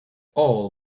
all